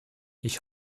ich